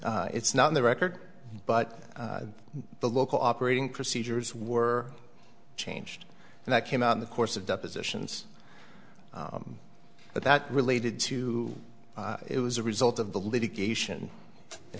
did it's not in the record but the local operating procedures were changed and that came out in the course of depositions but that related to it was a result of the litigation